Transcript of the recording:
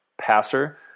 passer